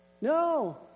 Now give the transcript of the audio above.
No